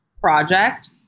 project